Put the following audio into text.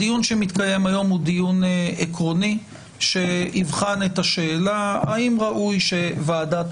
הדיון העקרוני היום יבחן את השאלה האם ראוי שוועדת